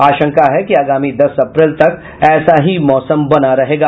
आशंका है कि आगामी दस अप्रैल तक ऐसा ही मौसम बना रहेगा